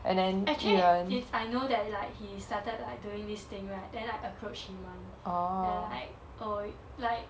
actually is I know that like he started like doing this thing right then I approached him [one] ya like oh like